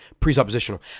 presuppositional